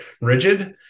rigid